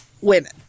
women